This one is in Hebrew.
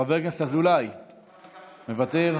חבר הכנסת אזולאי, מוותר.